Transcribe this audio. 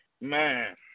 Man